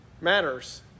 matters